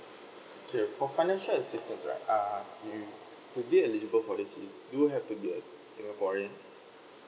okay for financial assistance right uh you to be eligible for this is you have to be a singaporean